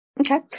Okay